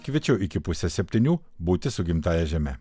kviečiu iki pusės septynių būti su gimtąja žeme